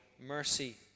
mercy